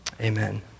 amen